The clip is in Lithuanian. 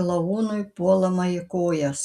klounui puolama į kojas